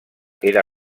era